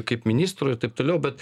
kaip ministrui ir taip toliau bet